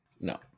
no